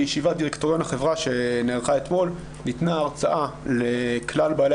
בישיבת דירקטוריון החברה שנערכה אתמול ניתנה הרצאה לכלל בעלי